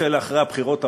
נדחה לאחרי הבחירות הבאות,